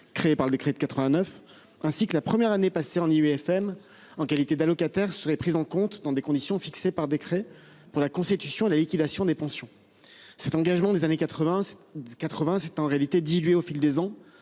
créé par le décret de 89 ainsi que la première année passée en IUFM en qualité d'allocataires seraient prises en compte dans des conditions fixées par décret pour la constitution la liquidation des pensions. Cet engagement des années 80. 80, c'est en réalité dilué au fil des ans